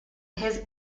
his